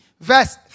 Verse